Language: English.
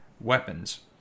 weapons